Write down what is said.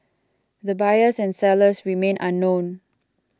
the buyers and sellers remain unknown